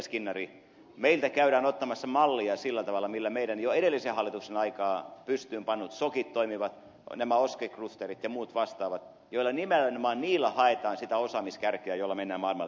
skinnari meiltä käydään ottamassa mallia miten meidän jo edellisen hallituksen aikaan pystyyn panneet shokit toimivat nämä oske klusterit ja muut vastaavat joilla nimenomaan haetaan sitä osaamiskärkeä jolla mennään maailmalle